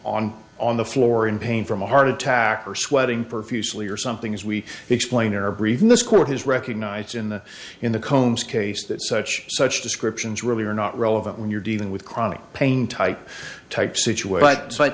on on the floor in pain from a heart attack or sweating profusely or something as we explain or even this court has recognized in the in the combs case that such such descriptions really are not relevant when you're dealing with chronic pain type type situation